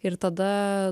ir tada